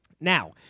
Now